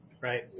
right